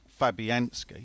Fabianski